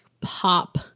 pop